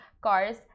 cars